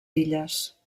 illes